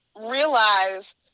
realize